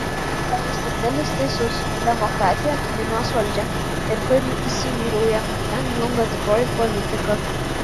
aristotelis teisus demokratija minios valdžia ir kur ji įsivyrauja ten žlunga tikroji politika